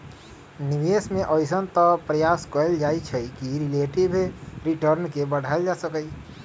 निवेश में अइसे तऽ प्रयास कएल जाइ छइ कि रिलेटिव रिटर्न के बढ़ायल जा सकइ